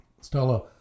Stella